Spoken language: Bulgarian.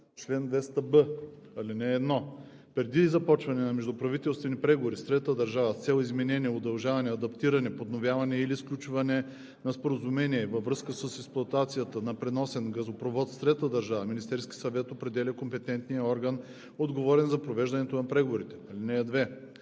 Чл. 200б. (1) Преди започване на междуправителствени преговори с трета държава с цел изменение, удължаване, адаптиране, подновяване или сключване на споразумение във връзка с експлоатацията на преносен газопровод с трета държава Министерският съвет определя компетентния орган, отговорен за провеждането на преговорите. (2)